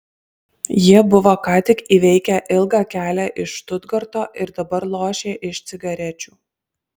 jie buvo ką tik įveikę ilgą kelią iš štutgarto ir dabar lošė iš cigarečių